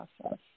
process